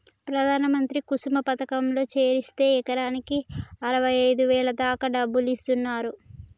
ప్రధాన మంత్రి కుసుమ పథకంలో చేరిస్తే ఎకరాకి అరవైఐదు వేల దాకా డబ్బులిస్తున్నరు